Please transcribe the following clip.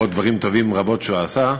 ועוד דברים טובים רבים שהוא עשה,